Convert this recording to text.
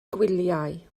gwyliau